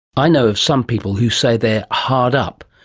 i know of some people who say they're hard up,